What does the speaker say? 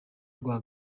rwa